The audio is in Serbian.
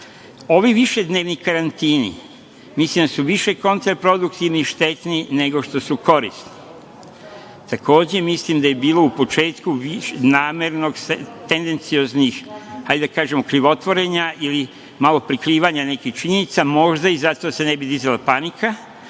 Ovi višednevni karantini, mislim da su više kontraproduktivni i štetni nego što su korisni. Takođe, mislim da je bilo u početku više ili manje namerno tendencioznih, da kažem krivotvorenja ili malo prikrivanja činjenica, možda zato da se ne bi dizala panika,